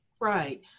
Right